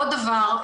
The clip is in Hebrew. עוד דבר.